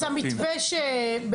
בבקשה.